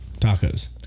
tacos